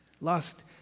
Lust